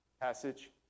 passage